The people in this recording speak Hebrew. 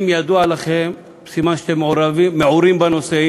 אם ידוע לכם, סימן שאתם מעורים בנושא.